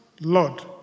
Lord